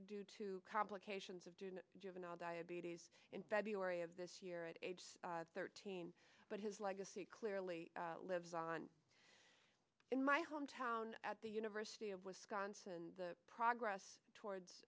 due to complications of given all diabetes in february of this year at age thirteen but his legacy clearly lives on in my home town at the university of wisconsin the progress towards